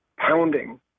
pounding